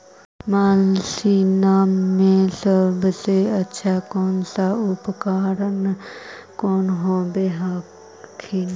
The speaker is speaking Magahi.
मसिनमा मे सबसे अच्छा कौन सा उपकरण कौन होब हखिन?